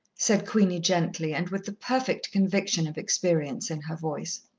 said queenie gently, and with the perfect conviction of experience in her voice.